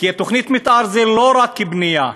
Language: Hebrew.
כי תוכנית מתאר זה לא רק בנייה,